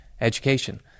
education